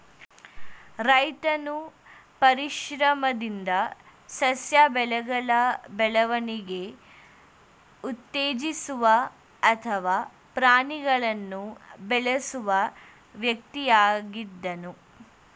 ರೈತನು ಪರಿಶ್ರಮದಿಂದ ಸಸ್ಯ ಬೆಳೆಗಳ ಬೆಳವಣಿಗೆ ಉತ್ತೇಜಿಸುವ ಅಥವಾ ಪ್ರಾಣಿಗಳನ್ನು ಬೆಳೆಸುವ ವ್ಯಕ್ತಿಯಾಗಿದ್ದನು